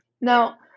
Now